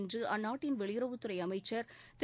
இன்று அந்நாட்டின் வெளியுறவுத் துறை அமைச்சர் திரு